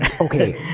Okay